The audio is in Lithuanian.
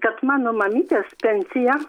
kad mano mamytės pensija